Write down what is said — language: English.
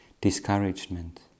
discouragement